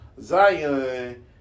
Zion